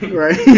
right